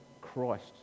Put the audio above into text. Christ